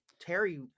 Terry